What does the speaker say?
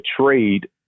trade